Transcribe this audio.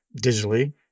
digitally